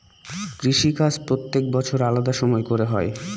কৃষিকাজ প্রত্যেক বছর আলাদা সময় করে হয়